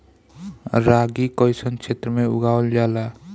रागी कइसन क्षेत्र में उगावल जला?